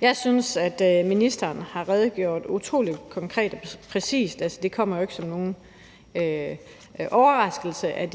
Jeg synes, at ministeren har redegjort utrolig konkret og præcist for det. Det kommer jo ikke som nogen overraskelse, at